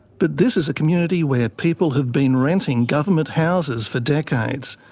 but this is a community where people have been renting government houses for decades,